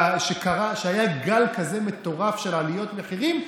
שהיה גל כזה מטורף של עליות מחירים.